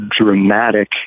dramatic